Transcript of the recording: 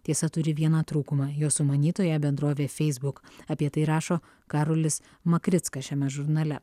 tiesa turi vieną trūkumą jos sumanytoja bendrovė facebook apie tai rašo karolis makrickas šiame žurnale